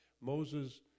Moses